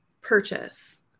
purchase